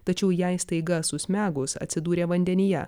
tačiau jai staiga susmegus atsidūrė vandenyje